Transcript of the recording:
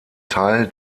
teil